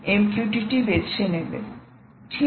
ঠিক